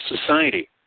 society